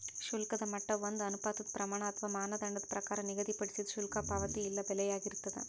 ಶುಲ್ಕದ ಮಟ್ಟ ಒಂದ ಅನುಪಾತದ್ ಪ್ರಮಾಣ ಅಥವಾ ಮಾನದಂಡದ ಪ್ರಕಾರ ನಿಗದಿಪಡಿಸಿದ್ ಶುಲ್ಕ ಪಾವತಿ ಇಲ್ಲಾ ಬೆಲೆಯಾಗಿರ್ತದ